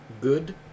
Good